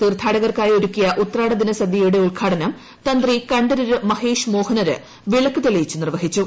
തീർത്ഥാടകർക്കായി ഒരുക്കിയ ഉത്രാടദിന സദ്യയുടെ ഉദ്ഘാടനം തന്ത്രി കണ്ഠരര് മഹേഷ് മോഹനര് വിളക്ക് തെളിച്ച് നിർവ്വഹിച്ചു